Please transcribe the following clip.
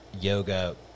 yoga